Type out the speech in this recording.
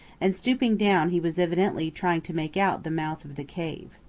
and stooping down he was evidently trying to make out the mouth of the cave.